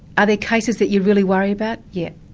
are there cases that you really worry about? yes.